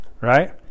right